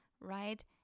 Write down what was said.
right